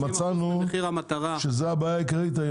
מצאנו שזאת הבעיה העיקרית,